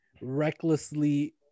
recklessly